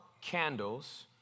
candles